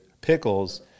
pickles